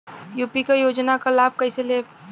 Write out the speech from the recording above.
UP क योजना क लाभ कइसे लेब?